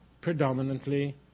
predominantly